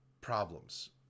problems